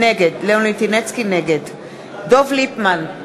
נגד דב ליפמן,